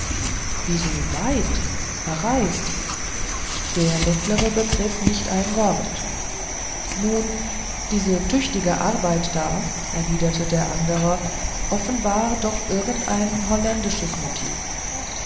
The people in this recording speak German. wieso weit verreist der mittlere begriff nicht ein wort nun diese tüchtige arbeit da erwiderte der andere offenbar doch irgend ein holländisches motiv